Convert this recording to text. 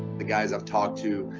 the guys i've talked to,